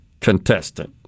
contestant